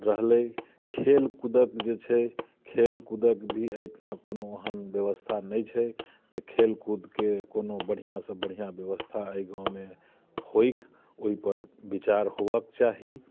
रहलै खेलकूदक जे छै खेलकूदक भी एहिठिमा कोनो ओहन व्यवस्था नहि छै जे खेलकूदके कोनो बढ़िआँसँ बढ़िआँ व्यवस्था एहि गाममे होइक ओहिपर विचार होवऽ के चाही